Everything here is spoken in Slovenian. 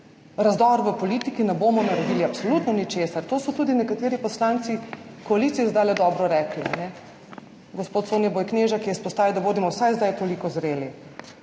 razdor v politiki, ne bomo naredili absolutno ničesar, to so tudi nekateri poslanci koalicije zdaj dobro rekli, gospod Soniboj Knežak je izpostavil, da bodimo vsaj zdaj toliko zreli.